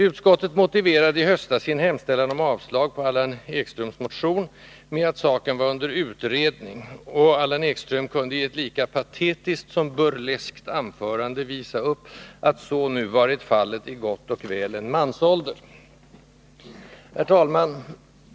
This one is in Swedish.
Utskottet motiverade i höstas sin hemställan om avslag på Allan Ekströms motion med att saken var under utredning, och Allan Ekström kunde i ett lika patetiskt som burleskt anförande visa upp att så varit fallet nu i gott och väl en mansålder. Herr talman!